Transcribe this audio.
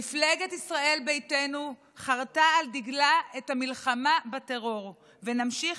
מפלגת ישראל ביתנו חרתה על דגלה את המלחמה בטרור ונמשיך